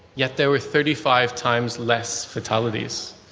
yet there thirty five times less fatalities.